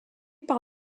par